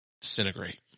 disintegrate